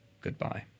Goodbye